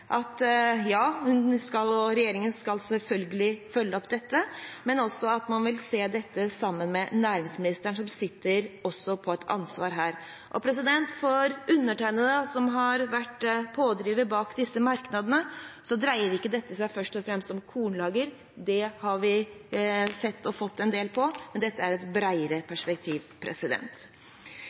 regjeringen selvfølgelig skal følge opp dette, men også at man vil se på dette sammen med næringsministeren, som også sitter med et ansvar her. For undertegnede, som har vært pådriver bak disse merknadene, dreier ikke dette seg først og fremst om kornlager, det har vi sett og fått en del på, men dette er et